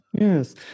Yes